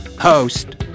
Host